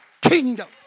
kingdom